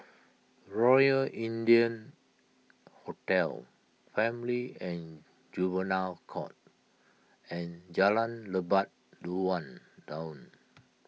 Royal India Hotel Family and Juvenile Court and Jalan Lebat Daun